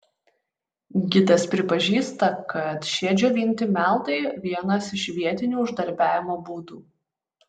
gidas pripažįsta kad šie džiovinti meldai vienas iš vietinių uždarbiavimo būdų